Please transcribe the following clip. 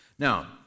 Now